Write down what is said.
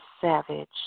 savage